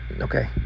Okay